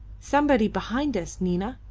somebody behind us, nina.